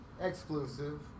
exclusive